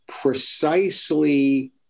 precisely